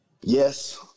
Yes